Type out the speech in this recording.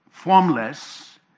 formless